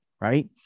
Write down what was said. right